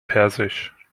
persisch